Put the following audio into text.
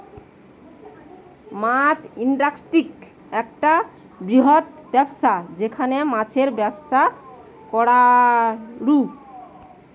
মাছ industry একটা বৃহত্তম ব্যবসা যেখানে মাছের ব্যবসা করাঢু